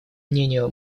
мнению